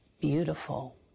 beautiful